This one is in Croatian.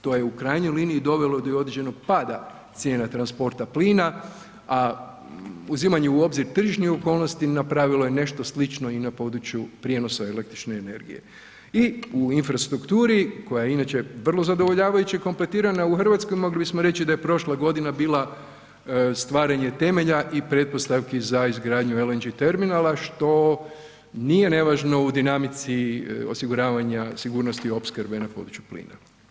To je u krajnjoj liniji dovelo do određenog pada cijena transporta plina, a uzimanje u obzir tržišnih okolnosti napravilo je nešto slično i na području prijenosa električne energije i u infrastrukturi koja je inače vrlo zadovoljavajuće kompletirana u RH, mogli bismo reći da je prošla godina bila stvaranje temelja i pretpostavki za izgradnju LNG terminala što nije nevažno u dinamici osiguravanja sigurnosti opskrbe na području plina.